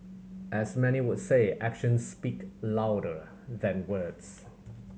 as many would say actions speak louder than words